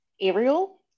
Ariel